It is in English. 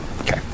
Okay